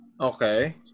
okay